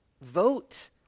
Vote